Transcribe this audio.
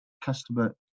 customer